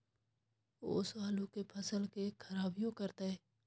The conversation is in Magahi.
ओस आलू के फसल के खराबियों करतै?